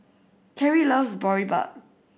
Carie loves Boribap